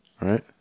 right